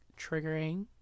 triggering